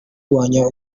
kurwanya